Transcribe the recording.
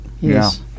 yes